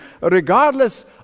regardless